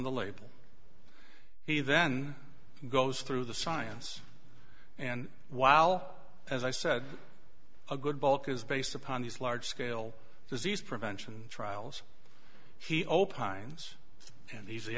the label he then goes through the science and while as i said a good book is based upon these large scale disease prevention trials he opines and he's the